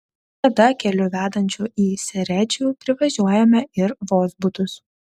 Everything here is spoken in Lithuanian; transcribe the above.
tada keliu vedančiu į seredžių privažiuojame ir vozbutus